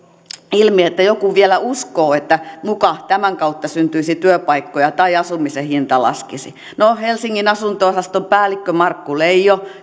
ilmi että joku vielä uskoo että muka tämän kautta syntyisi työpaikkoja tai asumisen hinta laskisi no helsingin asunto osaston päällikkö markku leijo